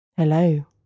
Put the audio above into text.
Hello